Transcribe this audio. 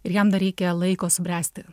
ir jam dar reikia laiko subręsti